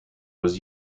was